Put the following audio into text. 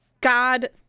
God